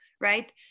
right